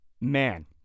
man